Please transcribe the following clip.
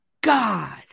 God